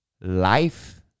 life